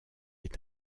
est